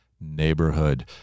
neighborhood